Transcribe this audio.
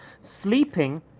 sleeping